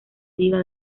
diva